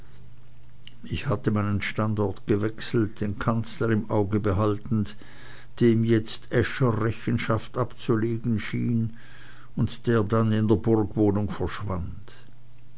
ich hatte meinen standort gewechselt den kanzler im auge behaltend dem jetzt äscher rechenschaft abzulegen schien und der dann in der burgwohnung verschwand